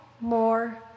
more